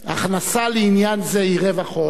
הכנסה לעניין זה היא רווח הון,